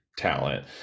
talent